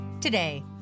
Today